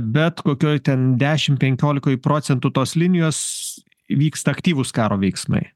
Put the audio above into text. bet kokioj ten dešimt penkiolikoj procentų tos linijos vyksta aktyvūs karo veiksmai